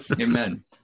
Amen